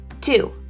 Two